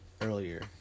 earlier